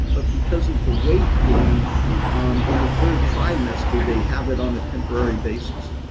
but because of the weight gain um in the third trimester they have it on a temporary basis